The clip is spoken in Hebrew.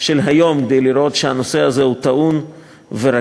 של היום כדי לראות שהנושא הזה הוא טעון ורגיש.